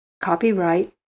Copyright